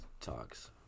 talks